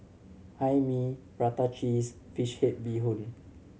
Hae Mee prata cheese fish head bee hoon